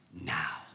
now